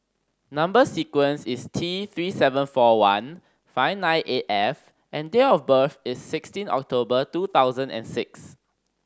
number sequence is T Three seven four one five nine eight F and date of birth is sixteen October two thousand and six